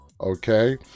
Okay